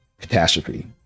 catastrophe